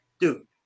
dude